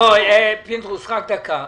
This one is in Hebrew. --- אני מדבר על השכר,